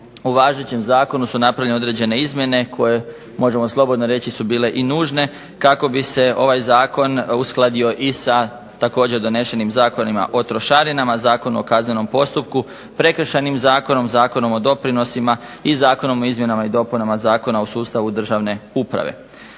u važećem zakonu su napravljene određene izmjene koje možemo reći su bile i nužne, kako bi se ovaj Zakon uskladio i sa također donešenim zakonima o trošarinama, Zakon o kaznenom postupku, Prekršajnim zakonom, zakonom o doprinosima, i Zakonom o izmjenama i dopunama Zakona o sustavu državne uprave.